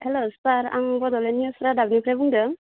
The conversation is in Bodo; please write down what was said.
हेल्ल' सार आं बड'लेण्ड निउस रादाबनिफ्राय बुंदों